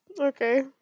okay